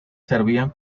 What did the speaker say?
servían